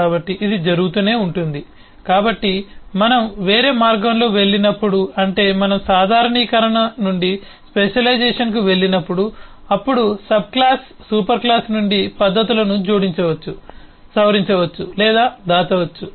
కాబట్టి ఇది జరుగుతూనే ఉంటుంది కాబట్టి మనం వేరే మార్గంలో వెళ్ళినప్పుడు అంటే మనం సాధారణీకరణ నుండి స్పెషలైజేషన్కు వెళ్ళినప్పుడు అప్పుడు సబ్క్లాస్ సూపర్ క్లాస్ నుండి పద్ధతులను జోడించవచ్చు సవరించవచ్చు లేదా దాచవచ్చు